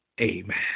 Amen